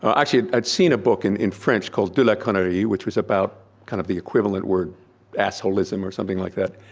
actually, i'd seen a book and in french called de la connard y, which was about kind of the equivalent word assholism or something like that,